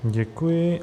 Děkuji.